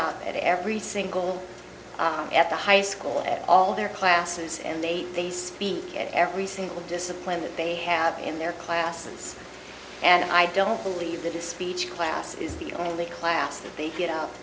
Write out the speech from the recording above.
of every single at the high school all their classes and they they speak at every single discipline that they have in their classes and i don't believe that the speech class is the only class that they get out